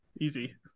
easy